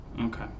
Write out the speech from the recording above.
Okay